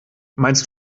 meinst